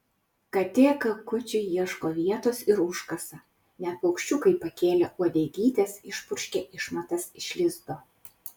katė kakučiui ieško vietos ir užkasa net paukščiukai pakėlę uodegytes išpurškia išmatas iš lizdo